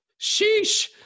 Sheesh